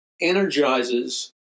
energizes